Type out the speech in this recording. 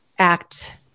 act